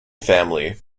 family